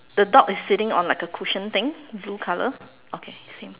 the dog is sitting on like a cushion thing blue colour okay same